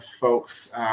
folks